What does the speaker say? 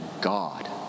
God